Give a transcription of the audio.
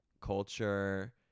culture